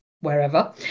wherever